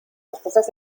respuestas